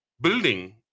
building